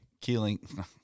Keeling